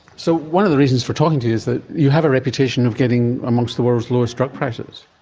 so one of the reasons for talking to you is that you have a reputation of getting amongst the world's lowest drug prices.